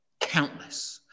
Countless